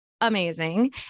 amazing